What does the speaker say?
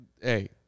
Hey